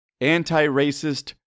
Anti-Racist